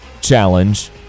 Challenge